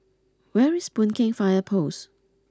where is Boon Keng Fire Post